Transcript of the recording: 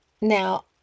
Now